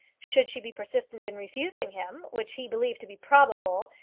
should she be persistent in refusing him, which he believed to be probable,